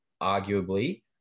arguably